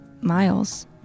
Miles